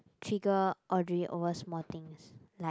trigger Audrey over small things like